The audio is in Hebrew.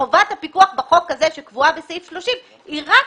חובת הפיקוח בחוק הזה שקבועה בסעיף 30, היא רק